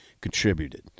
contributed